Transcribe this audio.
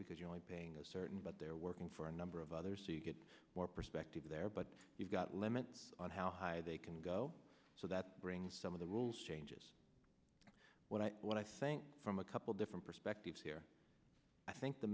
because you're only paying a certain but they're working for a number of others so you get more perspective there but you've got limits on how high they can go so that brings some of the rules changes what i what i think from a couple different perspectives here i think the